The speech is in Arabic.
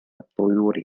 الطيور